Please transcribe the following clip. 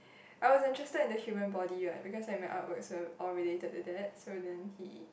I was interested in the human body what because like my art works are all related to that so then he